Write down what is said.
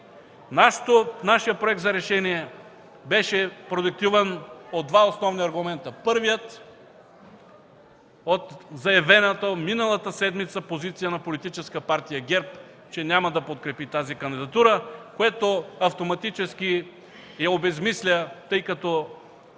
Нашият проект за решение беше продиктуван от два основни аргумента. Първият – от заявената миналата седмица позиция на Политическа партия ГЕРБ, че няма да подкрепи тази кандидатура, което автоматически я обезсмисля, тъй като